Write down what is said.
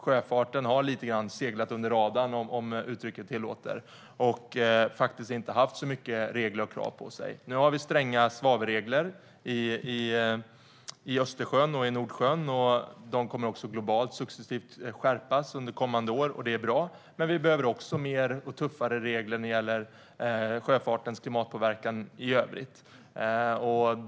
Sjöfarten har lite grann seglat under radarn, om uttrycket tillåts, och inte haft så mycket regler och krav på sig. Nu har vi stränga svavelregler i Östersjön och i Nordsjön. De kommer globalt att skärpas successivt under kommande år, och det är bra. Men vi behöver också fler och tuffare regler när det gäller sjöfartens klimatpåverkan i övrigt.